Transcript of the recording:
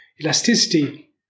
elasticity